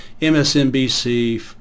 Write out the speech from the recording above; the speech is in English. MSNBC